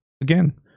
Again